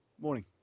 Morning